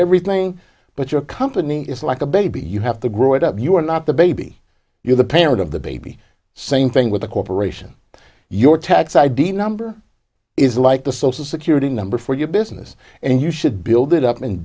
everything but your company is like a baby you have to grow it up you're not the baby you're the pain out of the baby same thing with a corporation your tax id number is like the social security number for your business and you should build it up and